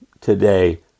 today